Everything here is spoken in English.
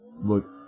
Look